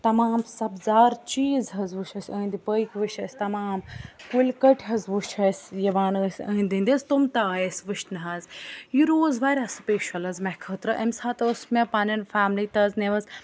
تَمام سَبزار چیٖز حظ وُچھۍ اسہِ أنٛدۍ پٔکۍ وُچھۍ اسہِ تَمام کُلۍ کٔٹۍ حظ وُچھۍ اسہِ یِوان ٲسۍ أنٛدۍ أنٛدۍ حظ تٕم تہٕ آیہِ اسہِ وُچھنہٕ حظ یہِ روٗز واریاہ سٕپیشَل حظ مےٚ خٲطرٕ اَمہِ ساتہٕ ٲس مےٚ پَنٕنۍ فیملی تہِ حظ نِمٕژ